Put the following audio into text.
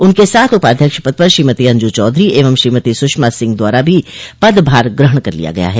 उनके साथ उपाध्यक्ष पद पर श्रीमती अंजू चौधरी एवं श्रीमती सुषमा सिंह द्वारा भी पदभार ग्रहण कर लिया गया है